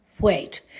wait